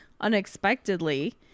unexpectedly